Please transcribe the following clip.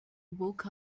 woke